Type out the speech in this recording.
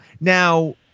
now